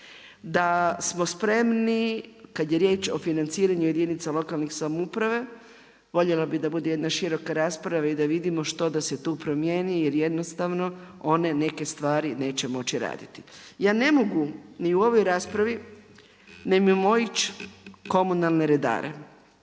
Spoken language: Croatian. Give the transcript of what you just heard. da smo spremi, kad je riječ o financiranju jedinica lokalne samouprave, voljela bi da bude jedna široka rasprava i da vidimo što da se tu promjeni jer jednostavno, one neke stvari neće moći raditi. Ja ne mogu ni u ovoj raspravi, mimoići komunalne redare.